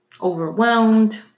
overwhelmed